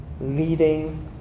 leading